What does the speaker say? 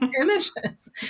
images